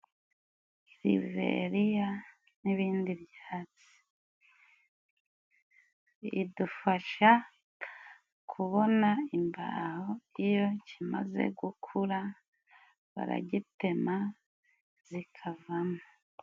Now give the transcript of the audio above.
Geliveriya n'ibindi byatsi. Idufasha kubona imbaho, iyo kimaze gukura, baragitema zikavamo.